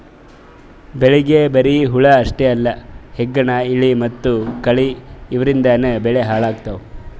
ಬೆಳಿಗ್ ಬರಿ ಹುಳ ಅಷ್ಟೇ ಅಲ್ಲ ಹೆಗ್ಗಣ, ಇಲಿ ಮತ್ತ್ ಕಳಿ ಇವದ್ರಿಂದನೂ ಬೆಳಿ ಹಾಳ್ ಆತವ್